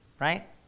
Right